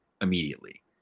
immediately